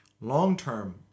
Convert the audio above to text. long-term